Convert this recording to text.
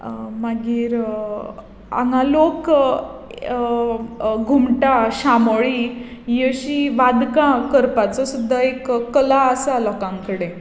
मागीर हांगा लोक घुमटां शामेळीं हीं अशीं वादकां करपाचो सुद्दा एक कला आसा लोकां कडेन